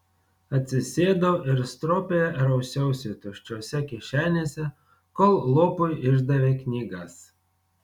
atsisėdau ir stropiai rausiausi tuščiose kišenėse kol lopui išdavė knygas